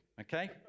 okay